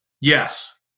Yes